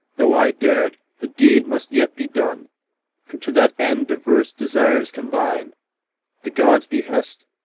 though i dared, the deed must yet be done for to that end diverse desires combine the god's behest,